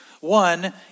One